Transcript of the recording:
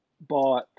bought